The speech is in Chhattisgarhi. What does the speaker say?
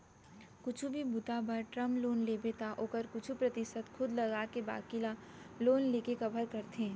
कुछु भी बूता बर टर्म लोन लेबे त ओखर कुछु परतिसत खुद लगाके बाकी ल लोन लेके कभर करथे